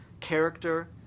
character